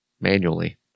Manually